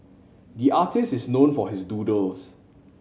the artist is known for his doodles